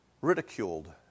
ridiculed